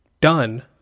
done